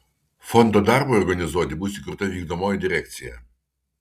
fondo darbui organizuoti bus įkurta vykdomoji direkcija